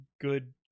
good